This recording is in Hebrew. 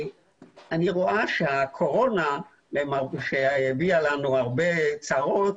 אני רואה שהקורונה שהביאה לנו הרבה צרות,